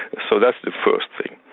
so that's the first thing.